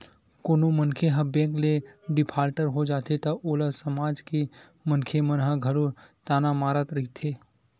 कोनो मनखे ह बेंक ले डिफाल्टर हो जाथे त ओला समाज के मनखे मन ह घलो ताना मारत रहिथे